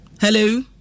hello